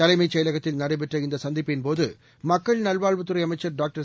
தலைமச் செயலகத்தில் நடைபெற்ற இந்த சந்திப்பின் போது மக்கள் நல்வாழ்வுத்துறை அமைச்சா டாக்டர்